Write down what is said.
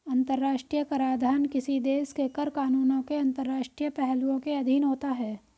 अंतर्राष्ट्रीय कराधान किसी देश के कर कानूनों के अंतर्राष्ट्रीय पहलुओं के अधीन होता है